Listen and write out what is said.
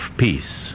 peace